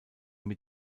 mit